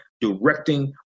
directing